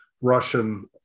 Russian